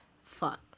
Fuck